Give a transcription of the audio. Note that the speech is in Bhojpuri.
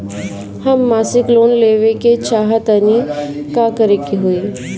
हम मासिक लोन लेवे के चाह तानि का करे के होई?